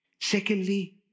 Secondly